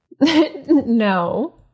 No